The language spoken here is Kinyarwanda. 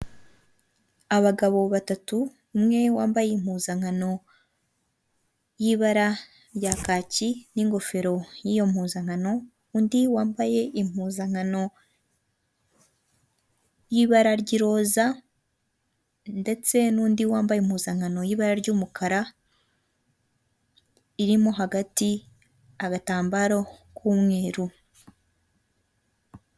Abagabo batatu umwe wambaye impuzankano y'ibara rya kaki n'ingofero y'iyo mpuzankano, undi wambaye impuzankano y'ibara ry'iroza ndetse n'undi wambaye impuzankano y'ibara ry'umukara irimo hagati agatambaro k'umweru.